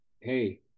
Hey